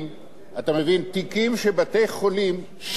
תיקים של בתי-חולים שנים לא החזיקו,